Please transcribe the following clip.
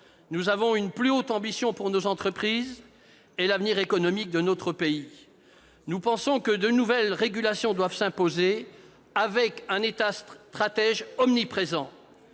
nous avons une plus haute ambition pour nos entreprises et l'avenir économique de notre pays. Nous pensons que de nouvelles régulations doivent s'imposer, avec un État stratège omniprésent.